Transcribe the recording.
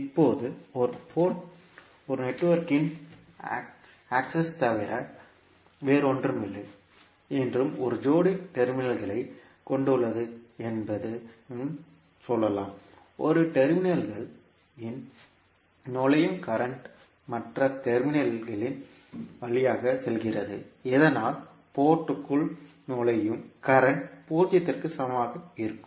இப்போது போர்ட் ஒரு நெட்வொர்க்கான அக்செஸ் தவிர வேறொன்றுமில்லை என்றும் ஒரு ஜோடி டெர்மினல்களைக் கொண்டுள்ளது என்றும் சொல்லலாம் ஒரு டெர்மினல்கள் இன் நுழையும் கரண்ட் மற்ற டெர்மினல்கள் இன் வழியாக செல்கிறது இதனால் போர்ட் ற்குள் நுழையும் கரண்ட் பூஜ்ஜியத்திற்கு சமமாக இருக்கும்